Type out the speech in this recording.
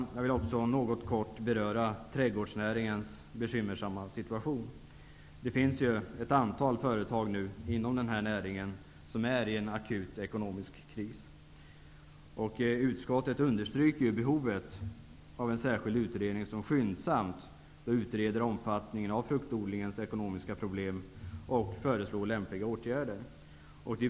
Jag vill också något kort beröra trädgårdsnäringens bekymmersamma situation. Det finns ett antal företag inom denna näring som befinner sig i en akut ekonomisk kris. Utskottet understryker behovet av en särskild utredning som skyndsamt bör utreda omfattningen av fruktodlingens ekonomiska problem och föreslå lämpliga åtgärder.